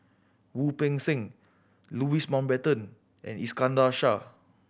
Wu Peng Seng Louis Mountbatten and Iskandar Shah